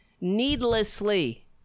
needlessly